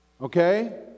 okay